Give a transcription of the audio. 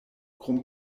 krom